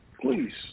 please